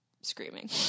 screaming